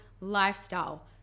lifestyle